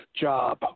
job